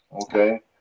Okay